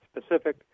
specific